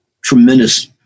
tremendous